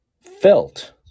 felt